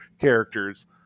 characters